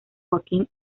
joaquín